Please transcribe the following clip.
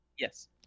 Yes